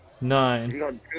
Nine